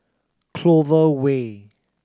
Clover Way